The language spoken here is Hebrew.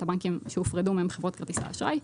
את הבנקים שהופרדו מהם חברות כרטיסי אשראי.